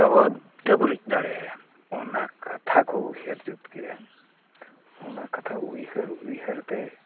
ᱰᱟᱹᱵᱨᱩᱡ ᱫᱟᱲᱮᱭᱟᱭᱟ ᱚᱱᱟ ᱠᱟᱛᱷᱟ ᱠᱚ ᱩᱭᱦᱟᱹᱨ ᱡᱩᱛ ᱠᱮᱫᱼᱟ ᱚᱱᱟ ᱠᱟᱛᱷᱟ ᱩᱭᱦᱟᱹᱨ ᱩᱭᱦᱟᱹᱨ ᱛᱮ